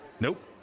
Nope